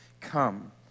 Come